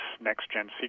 next-gen